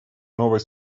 новой